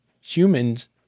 humans